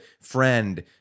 friend